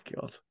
God